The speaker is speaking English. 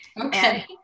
Okay